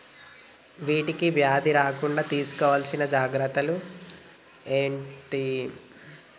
వీటికి వ్యాధి రాకుండా తీసుకోవాల్సిన జాగ్రత్తలు ఏంటియి?